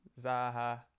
Zaha